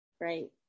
right